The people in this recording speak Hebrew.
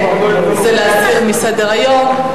הסרה מסדר-היום.